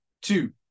two